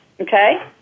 okay